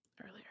earlier